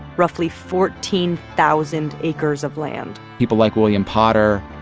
roughly fourteen thousand acres of land people like william potter,